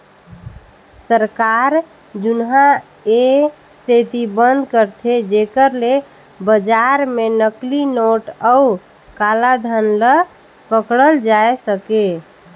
सरकार जुनहा ए सेती बंद करथे जेकर ले बजार में नकली नोट अउ काला धन ल पकड़ल जाए सके